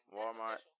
Walmart